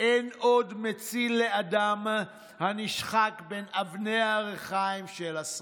אין עוד מציל לאדם הנשחק בין אבני הריחיים של השררה".